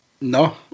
no